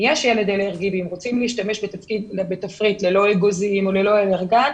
אם יש ילד אלרגי ואם רוצים להשתמש בתפריט ללא אגוזים או ללא אלרגן,